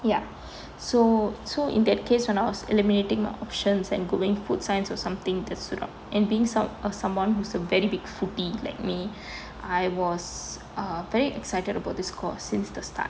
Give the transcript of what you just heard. ya so so in that case when I was eliminating my options and going food science or something to suit up and being out of someone who's a very big foodie like me I was a very excited about this course since the start